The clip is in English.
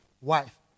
wife